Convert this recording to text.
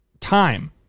time